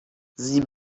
sie